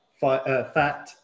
fat